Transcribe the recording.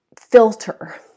filter